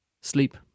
sleep